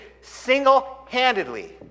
single-handedly